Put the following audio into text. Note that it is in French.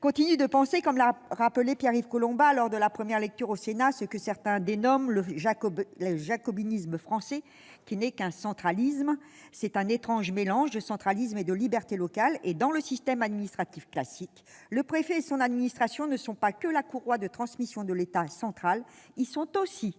continuent de penser, comme l'a rappelé Pierre-Yves Collombat lors de la première lecture au Sénat que « le jacobinisme français- comme certains le dénomment -n'est pas qu'un centralisme : c'est un étrange mélange de centralisme et de liberté locale » et « dans le système administratif classique, le préfet et son administration ne sont pas que la courroie de transmission de l'État central ; ils sont aussi